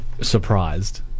surprised